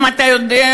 האם אתה יודע,